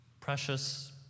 Precious